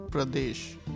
Pradesh